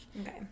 Okay